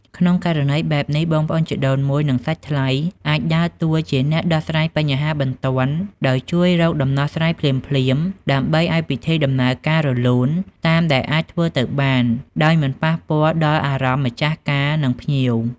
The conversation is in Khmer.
ក្នុងករណីបែបនេះ បងប្អូនជីដូនមួយ និងសាច់ថ្លៃអាចដើរតួជា អ្នកដោះស្រាយបញ្ហាបន្ទាន់ ដោយជួយរកដំណោះស្រាយភ្លាមៗ ដើម្បី ឱ្យពិធីដំណើរការរលូន តាមដែលអាចធ្វើទៅបាន ដោយមិនប៉ះពាល់ដល់អារម្មណ៍ម្ចាស់ការ និងភ្ញៀវ។